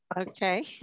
Okay